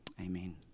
Amen